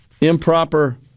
improper